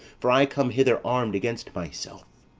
for i come hither arm'd against myself.